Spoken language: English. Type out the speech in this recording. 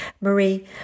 Marie